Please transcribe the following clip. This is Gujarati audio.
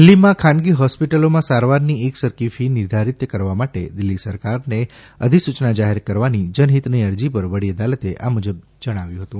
દિલ્હીમાં ખાનગી હોસ્પીટલોમાં સારવારની એકસરખી ફી નિર્ધારીત કરવા માટે દિલ્હી સરકારને અધિસૂયના જાહેર કરવાની જનહિતની અરજી પર વડી અદાલતે આ મુજબ જણાવ્યુ હતુ